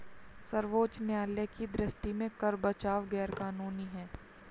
सर्वोच्च न्यायालय की दृष्टि में कर बचाव गैर कानूनी है